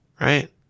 Right